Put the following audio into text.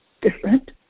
different